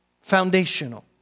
Foundational